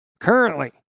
Currently